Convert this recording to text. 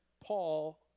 Paul